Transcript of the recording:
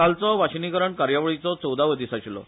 कालचो वाशीनीकरण कार्यावळीचो चौदावो दिस आशिल्लो